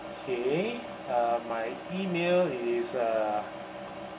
okay uh my email is uh